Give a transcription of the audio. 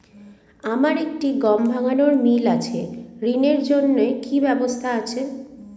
আমার একটি গম ভাঙানোর মিল আছে ঋণের কি ব্যবস্থা আছে?